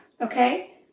Okay